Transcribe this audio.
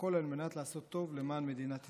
והכול על מנת לעשות טוב למען מדינת ישראל.